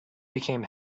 became